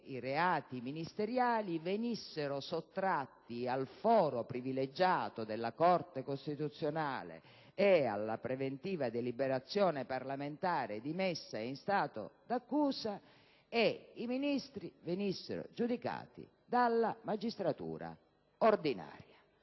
i reati ministeriali venissero sottratti al foro privilegiato della Corte costituzionale e alla preventiva deliberazione parlamentare di messa in stato di accusa e perché i ministri venissero giudicati dalla magistratura ordinaria.